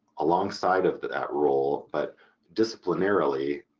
alongside of that that role, but disciplinarily,